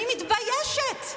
אני מתביישת.